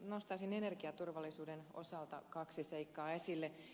nostaisin energiaturvallisuuden osalta kaksi seikkaa esille